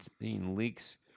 leaks